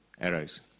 arrows